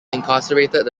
incarcerated